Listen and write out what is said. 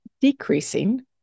decreasing